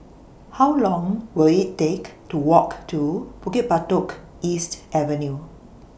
How Long Will IT Take to Walk to Bukit Batok East Avenue